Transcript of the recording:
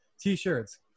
T-shirts